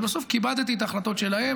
אבל בסוף כיבדתי את ההחלטות שלהם.